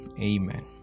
amen